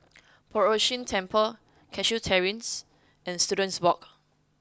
Poh Ern Shih Temple Cashew Terrace and Students Walk